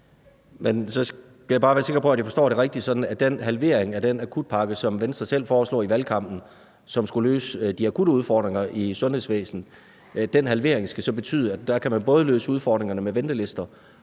Men så skal jeg bare være sikker på, at jeg forstår det rigtigt, nemlig sådan, at den halvering af den akutpakke – som Venstre selv foreslog i valgkampen, og som skulle løse de akutte udfordringer i sundhedsvæsenet – skal betyde, at man både kan løse udfordringerne med ventelister